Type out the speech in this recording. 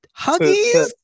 Huggies